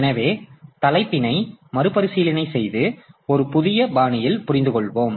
எனவே தலைப்பினை மறுபரிசீலனை செய்து ஒரு புதிய பாணியில் புரிந்து கொள்வோம்